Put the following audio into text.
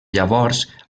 llavors